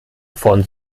von